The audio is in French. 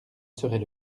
serait